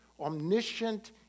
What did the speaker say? omniscient